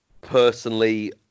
Personally